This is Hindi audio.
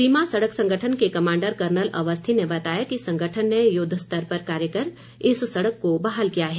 सीमा सड़क संगठन के कमांडर कर्नल अवस्थी ने बताया कि संगठन ने युद्वस्तर पर कार्य कर इस सड़क को बहाल किया है